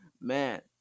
man